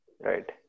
right